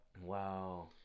Wow